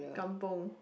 kampung